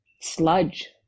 sludge